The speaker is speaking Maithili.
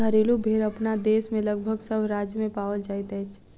घरेलू भेंड़ अपना देश मे लगभग सभ राज्य मे पाओल जाइत अछि